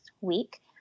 week